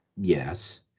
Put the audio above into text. yes